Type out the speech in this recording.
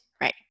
right